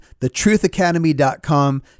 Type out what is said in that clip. thetruthacademy.com